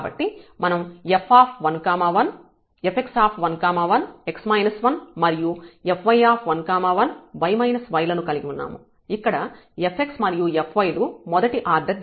కాబట్టి మనం f1 1 fx1 1 మరియు fy1 1 లను కలిగి ఉన్నాము ఇక్కడ fx మరియు fy లు మొదటి ఆర్డర్ డెరివేటివ్ లు